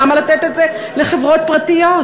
למה לתת את זה לחברות פרטיות?